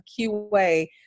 QA